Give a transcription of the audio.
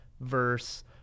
verse